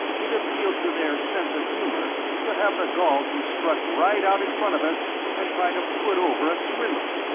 it appealed to their sense of humor to have the gall to strut right out in front of us and try to put over a swindle.